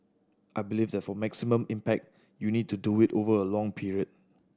I believe that for maximum impact you need to do it over a long period